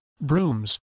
brooms